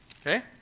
Okay